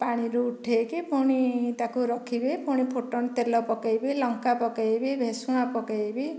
ପାଣିରୁ ଉଠାଇକି ପୁଣି ତାକୁ ରଖିବି ପୁଣି ଫୁଟଣ ତେଲ ପକାଇବି ଲଙ୍କା ପକାଇବି ଭେସୁଙ୍ଗା ପକାଇବି